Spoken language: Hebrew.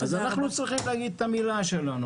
אז אנחנו צריכים להגיד את המילה שלנו.